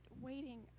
waiting